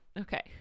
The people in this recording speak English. okay